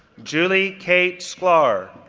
julie kate sklar,